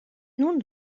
nun